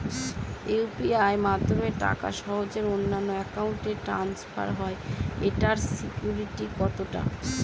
UPI মাধ্যমে টাকা সহজেই অন্যের অ্যাকাউন্ট ই ট্রান্সফার হয় এইটার সিকিউর কত টা?